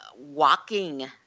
walking